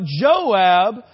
Joab